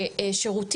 האוצר זה אלוקים.